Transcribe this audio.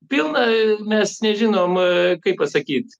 pilna mes nežinom kaip pasakyt